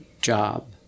job